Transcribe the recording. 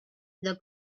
the